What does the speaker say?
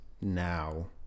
now